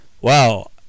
wow